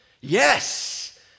Yes